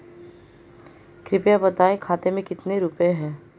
कृपया बताएं खाते में कितने रुपए हैं?